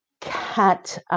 Cat